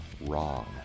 wrong